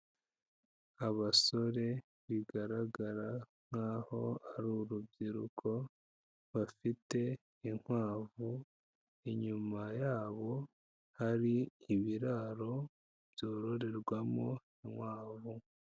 Abasore bigaragara nk'aho ari urubyiruko, bafite inkwavu, inyuma yabo hari ibiraro byororerwamo inkwavu.